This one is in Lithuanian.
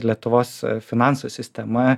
lietuvos finansų sistema